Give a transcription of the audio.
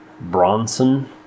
Bronson